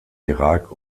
irak